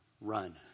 run